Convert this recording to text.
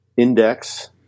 index